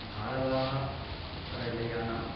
भारवाहः रेलयानम्